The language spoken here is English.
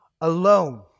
alone